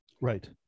Right